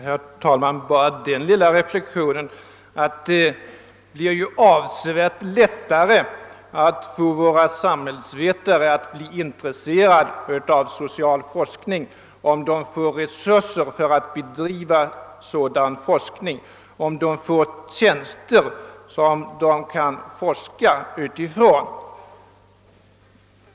Herr talman! Jag vill bara göra den lilla reflexionen att det blir ju avsevärt lättare att få våra samhällsvetare att bli intresserade av social forskning om de får resurser för att bedriva sådan forskning, om de får forskningstjänster.